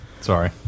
Sorry